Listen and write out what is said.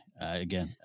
Again